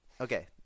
Okay